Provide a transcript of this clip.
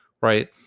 right